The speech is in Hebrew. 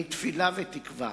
אני תפילה ותקווה